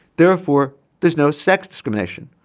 therefore there's no sex discrimination.